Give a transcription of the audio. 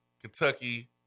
Kentucky